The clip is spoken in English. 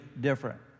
different